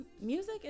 music